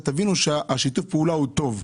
ותבינו ששיתוף הפעולה הוא טוב.